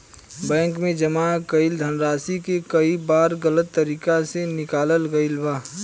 bank में जमा कईल धनराशि के कई बार गलत तरीका से निकालल गईल बा